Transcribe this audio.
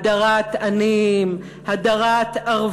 הדרת עניים,